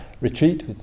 retreat